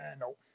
No